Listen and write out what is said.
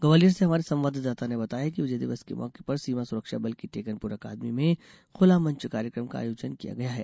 ग्वालियर से हमारे संवाददाता ने बताया है कि विजय दिवस के मौके पर सीमा सुरक्षा बल की टेकनपुर अकादमी में खुलामंच कार्यक्रम का आयोजन किया गया है